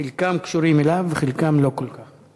חלקם קשורים אליו וחלקם לא כל כך.